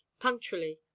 punctually